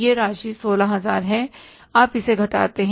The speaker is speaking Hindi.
यह राशि 16000 हैआप इसे घटाते हैं